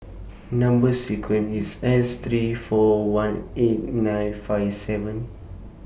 Number sequence IS S three four one eight nine five seven